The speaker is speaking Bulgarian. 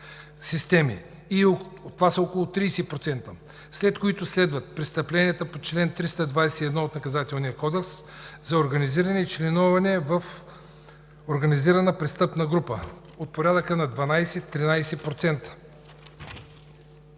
системи – около 30%. Следват престъпленията по чл. 321 от Наказателния кодекс за организиране и членуване в организирана престъпна група от порядъка на 12 – 13%,